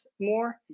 more